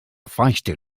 feisty